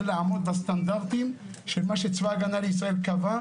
לעמוד בסטנדרטים של מה שצבא הגנה לישראל קבע,